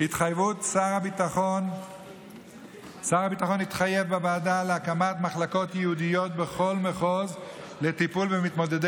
שר הביטחון התחייב בוועדה להקמת מחלקות ייעודיות בכל מחוז לטיפול במתמודדי